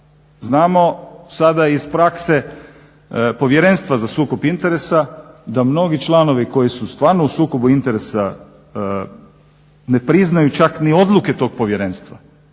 znamo sada iz prakse Povjerenstva za sukob interesa da mnogi članovi koji su stvarno u sukobu interesa ne priznaju čak ni odluke tog povjerenstva,